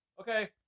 Okay